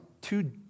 two